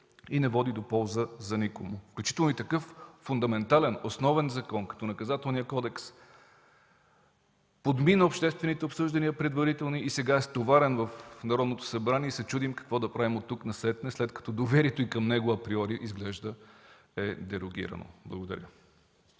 и не води до полза за никого. Включително и такъв фундаментален, основен закон като Наказателния кодекс подмина предварителните обществени обсъждания и сега е стоварен в Народното събрание, и се чудим какво да правим от тук насетне, след като доверието и към него априори изглежда е дерогирано. Благодаря.